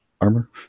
armor